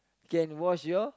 can wash your